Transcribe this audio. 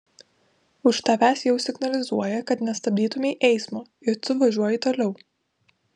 už tavęs jau signalizuoja kad nestabdytumei eismo ir tu važiuoji toliau